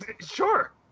Sure